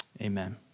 Amen